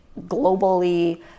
globally